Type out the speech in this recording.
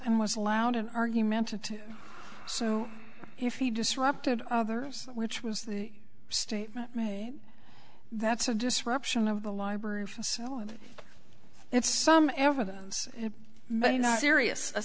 and was allowed an argumentative so if he disrupted others which was the statement made that's a disruption of the library and if some evidence may not serious a